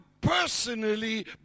personally